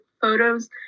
photos